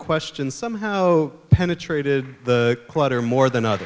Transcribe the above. question somehow penetrated the clutter more than